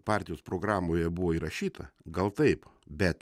partijos programoje buvo įrašyta gal taip bet